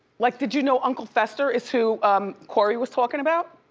like did you know uncle fester is who corey was talkin' about?